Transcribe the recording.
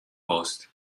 host